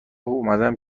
اومدم